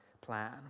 plan